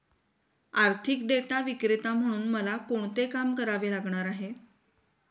आर्थिक डेटा विक्रेता म्हणून मला कोणते काम करावे लागणार आहे?